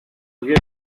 quiero